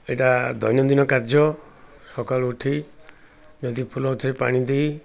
ଏଇଟା ଦୈନନ୍ଦିନ କାର୍ଯ୍ୟ ସକାଳୁ ଉଠି ଯଦି ଫୁଲ ଗଛରେ ପାଣି ଦେଇ